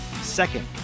Second